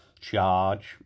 charge